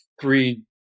three